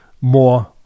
more